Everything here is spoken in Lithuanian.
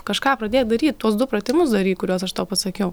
kažką pradėt daryt tuos du pratimus daryk kuriuos aš tau pasakiau